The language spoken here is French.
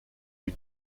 lui